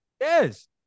Yes